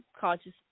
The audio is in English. conscious